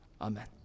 Amen